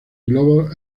globos